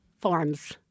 forms